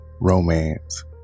romance